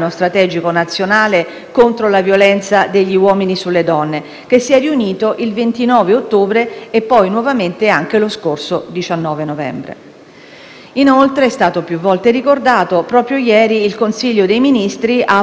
il Consiglio dei ministri ha approvato un disegno di legge, il